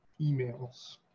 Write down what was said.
emails